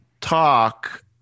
talk